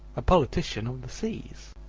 a politician of the seas.